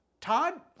Todd